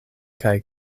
kaj